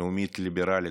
הלאומית הליברלית?